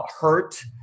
hurt